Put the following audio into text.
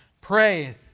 pray